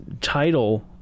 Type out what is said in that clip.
title